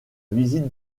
visite